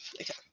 Okay